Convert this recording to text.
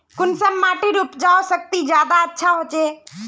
कुंसम माटिर उपजाऊ शक्ति ज्यादा अच्छा होचए?